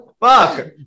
Fuck